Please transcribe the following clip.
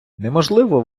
неможливо